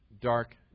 dark